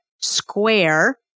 square